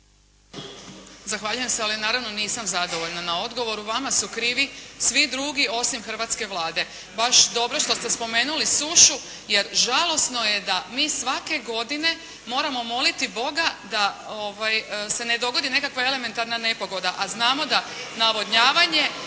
Zahvaljujem se, ali naravno nisam zadovoljna na odgovoru, vama su krivi svi drugi, osim hrvatske Vlade. Baš dobro što ste spomenuli sušu, jer žalosno je da mi svake godine moramo moliti Boga da se ne dogodi nekakva elementarna nepogoda, a znamo da navodnjavanje,